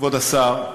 כבוד השר,